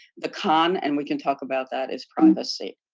the con, and we can talk about that, is privacy.